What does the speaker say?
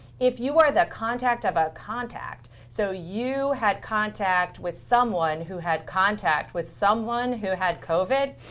if you are the contact of a contact, so you had contact with someone who had contact with someone who had covid,